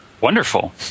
Wonderful